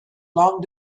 long